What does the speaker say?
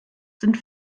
sind